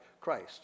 Christ